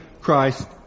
Christ